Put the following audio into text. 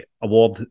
award